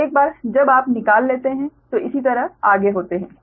तो एक बार जब आप निकाल लेते है तो इसी तरह आगे होते हैं